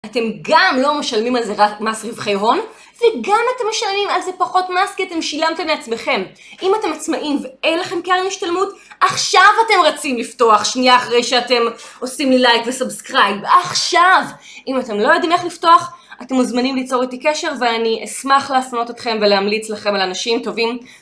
אתם גם לא משלמים על זה רק מס רווחי הון, וגם אתם משלמים על זה פחות מס כי אתם שילמתם לעצמכם. אם אתם עצמאים ואין לכם קרן משתלמות, עכשיו אתם רצים לפתוח, שנייה אחרי שאתם עושים לי לייק וסאבסקרייב, עכשיו! אם אתם לא יודעים איך לפתוח, אתם מוזמנים ליצור איתי קשר ואני אשמח להפנות אתכם ולהמליץ לכם על אנשים טובים.